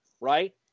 right